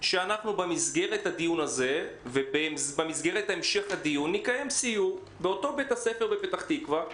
שאנחנו במסגרת המשך הדיון הזה נקיים סיור באותו בית ספר בפתח תקווה.